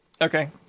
Okay